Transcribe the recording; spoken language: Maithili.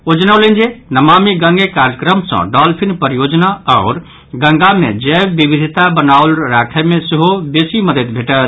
ओ जनौलनि जे नमामि गंगे कार्यक्रम सँ डॉल्फिन परियोजना आओर गंगा मे जैव विविधिता बनाओ राखय मे सेहो बेसी मददि भेटत